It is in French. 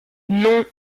non